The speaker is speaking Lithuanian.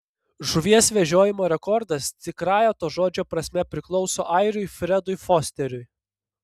žuvies vežiojimo rekordas tikrąja to žodžio prasme priklauso airiui fredui fosteriui